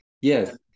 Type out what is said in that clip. Yes